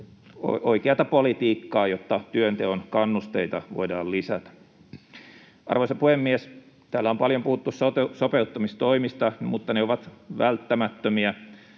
oikeata politiikkaa, jotta työnteon kannusteita voidaan lisätä. Arvoisa puhemies! Täällä on paljon puhuttu sopeuttamistoimista, mutta ne ovat välttämättömiä.